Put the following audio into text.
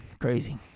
crazy